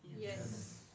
Yes